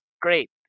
Great